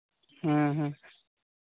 ᱦᱮᱸᱼᱦᱮᱸ